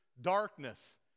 darkness